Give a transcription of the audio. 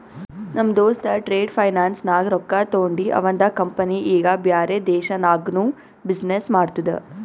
ನಮ್ ದೋಸ್ತ trade finance ನಾಗ್ ರೊಕ್ಕಾ ತೊಂಡಿ ಅವಂದ ಕಂಪನಿ ಈಗ ಬ್ಯಾರೆ ದೇಶನಾಗ್ನು ಬಿಸಿನ್ನೆಸ್ ಮಾಡ್ತುದ